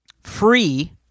free